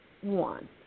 one